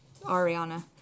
Ariana